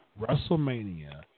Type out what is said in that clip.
Wrestlemania